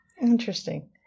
Interesting